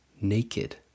naked